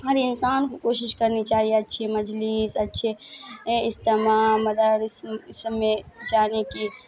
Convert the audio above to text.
ہر انسان کو کوشش کرنی چاہیے اچھی مجلس اچھے اجتعماع مدارس اس میں جانے کی